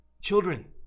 Children